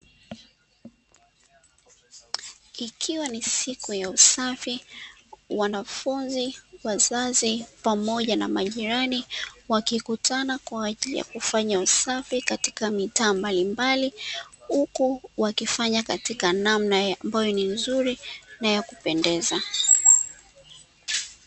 Ikiwa ni siku ya usafi wanafunzi, wazazi pamoja na majirani wakikutana kwa ajili ya kufanya usafi katika mitaa mbalimbali huku wakifanya katika namna ambayo ni nzuri na ya kupendeza.